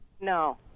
No